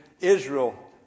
Israel